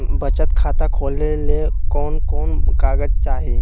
बचत खाता खोले ले कोन कोन कागज चाही?